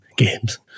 games